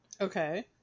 Okay